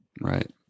Right